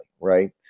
right